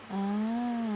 ah